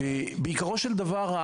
בעיקרו של דבר,